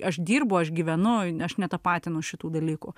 aš dirbu aš gyvenu aš netapatinu šitų dalykų